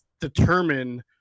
determine